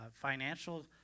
financial